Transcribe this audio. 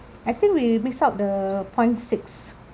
I think we miss out the point six